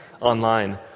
online